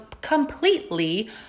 completely